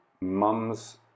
mum's